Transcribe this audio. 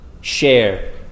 share